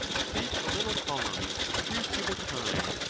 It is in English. save a little column, three cubits high,